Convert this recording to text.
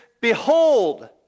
behold